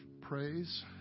praise